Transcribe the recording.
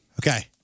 Okay